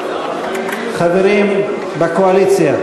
חברים בקואליציה?